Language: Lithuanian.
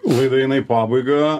laida eina į pabaigą